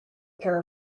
pair